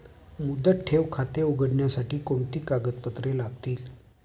मुदत ठेव खाते उघडण्यासाठी कोणती कागदपत्रे लागतील?